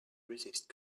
resist